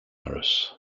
virus